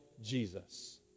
jesus